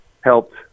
helped